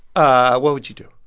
ah what would you do?